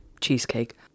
cheesecake